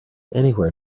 anywhere